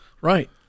right